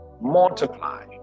multiply